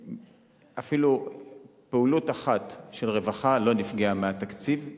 אפילו פעילות אחת של רווחה לא נפגעה מהקיצוץ בתקציב.